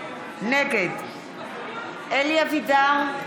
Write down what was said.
נגד אלי אבידר,